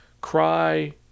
cry